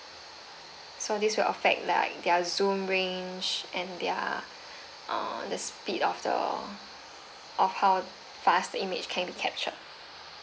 so this will affect like their zoom range and their uh the speed of the of how fast the image can be captured